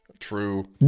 true